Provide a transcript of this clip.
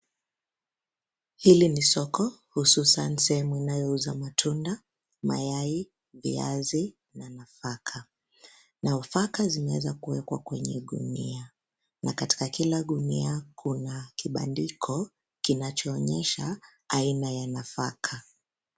Hili ni soko hususan sehemu inayouza matunda, mayai viazi na nafaka. Nafaka zimeweza kuwekwa kwenye gunia na katika kila gunia kuna kibandiko kinachoonyesha aina ya nafaka.